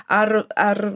ar ar